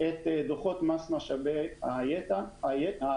את דוחות מס משאבי היתר